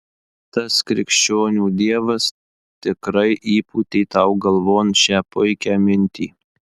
tas krikščionių dievas tikrai įpūtė tau galvon šią puikią mintį